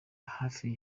hafi